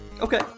Okay